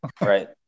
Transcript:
right